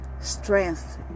strength